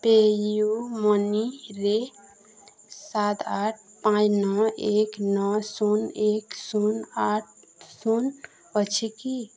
ପେୟୁମନିରେ ସାତ ଆଠ ପାଞ୍ଚ ନଅ ଏକ ନଅ ଶୂନ ଏକ ଶୂନ ଆଠ ଶୂନ ଅଛି କି